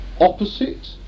opposite